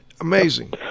Amazing